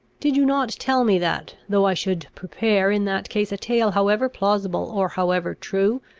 did you not tell me that, though i should prepare in that case a tale however plausible or however true,